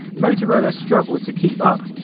motorola struggled to keep up,